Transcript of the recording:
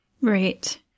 Right